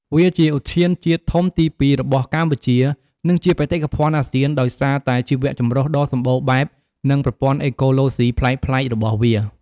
វាជាឧទ្យានជាតិធំទីពីររបស់កម្ពុជា និងជាបេតិកភណ្ឌអាស៊ានដោយសារតែជីវៈចម្រុះដ៏សម្បូរបែប និងប្រព័ន្ធអេកូឡូស៊ីប្លែកៗរបស់វា។